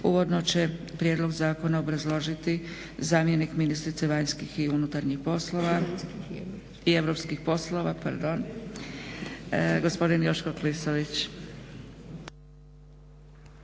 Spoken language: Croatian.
Uvodno će prijedlog zakona obrazložiti zamjenik ministrice vanjskih i unutarnjih poslova, i europskih poslova, pardon, gospodin Joško Klisović.